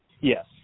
Yes